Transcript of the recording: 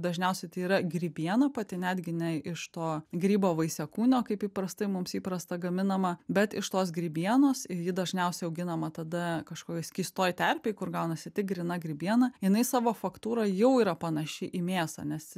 dažniausiai tai yra grybiena pati netgi ne iš to grybo vaisiakūnio kaip įprastai mums įprasta gaminama bet iš tos grybienos ji dažniausiai auginama tada kažkokioj skystoj terpėj kur gaunasi tik gryna grybiena jinai savo faktūra jau yra panaši į mėsą nes